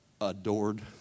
adored